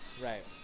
Right